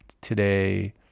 today